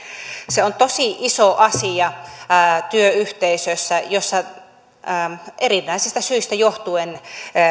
se on tosi iso asia työyhteisössä jossa erinäisistä syistä johtuen